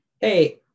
hey